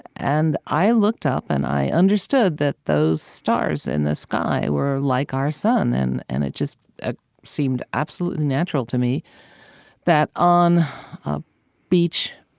and i looked up, and i understood that those stars in the sky were like our sun. and and it just ah seemed absolutely natural to me that on a beach,